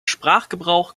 sprachgebrauch